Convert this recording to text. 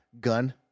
gun